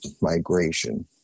migration